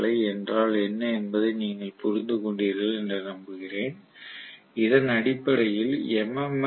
F அலை என்றால் என்ன என்பதை நீங்கள் புரிந்து கொண்டீர்கள் என்று நம்புகிறேன் இதன் அடிப்படையில் எம்